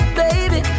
baby